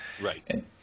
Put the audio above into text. Right